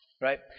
right